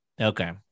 Okay